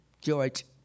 George